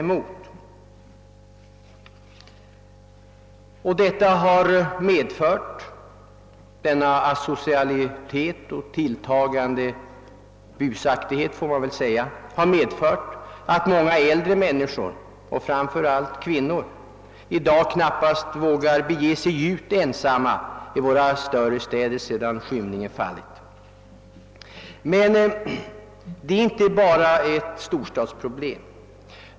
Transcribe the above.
Asocialiteten och, det får man väl säga, den tilltagande busaktigheten har medfört att många äldre människor, framför allt kvinnor, i dag knappast vågar bege sig ut ensamma i våra större städer sedan skymningen fallit. Men det är inte bara ett storstadsproblem.